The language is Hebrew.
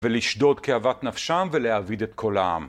ולשדוד כאוות נפשם ולהעביד את כל העם